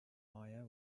maya